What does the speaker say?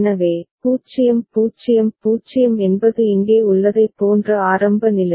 எனவே 0 0 0 என்பது இங்கே உள்ளதைப் போன்ற ஆரம்ப நிலை